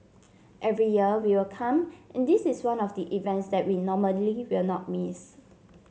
every year we will come and this is one of the events that we normally will not miss